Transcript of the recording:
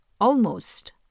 Almost